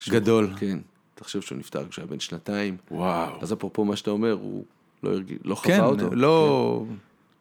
גדול. תחשב שהוא נפטר כשהוא היה בן שנתיים. וואו. אז אפרופו מה שאתה אומר, הוא לא חווה אותו. כן, לא...